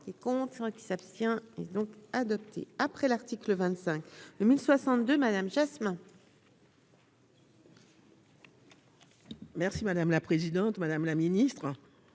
qui compte qui s'abstient et donc adopté après l'article 25 1062 Madame Jasmin. Merci madame la présidente, madame la ministre,